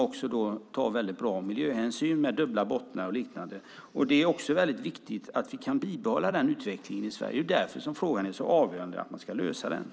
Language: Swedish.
Man tar stora miljöhänsyn med dubbla bottnar och liknande. Det är viktigt att vi kan behålla den utvecklingen i Sverige. Det är därför avgörande att vi kan lösa frågan.